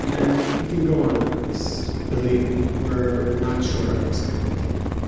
and we can go on like this. believe me, we're not short on this kind of tape.